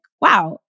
wow